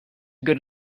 good